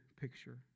picture